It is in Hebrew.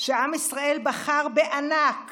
שעם ישראל בחר בענק